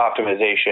optimization